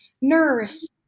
nurse